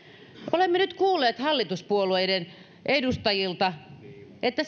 olemme nyt kuulleet hallituspuolueiden edustajilta että